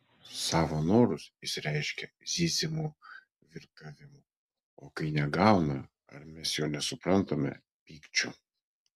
savo norus jis reiškia zyzimu virkavimu o kai negauna ar mes jo nesuprantame pykčiu